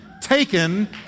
taken